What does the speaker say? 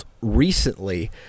recently